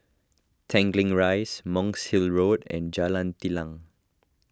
Tanglin Rise Monk's Hill Road and Jalan Telang